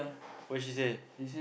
what she say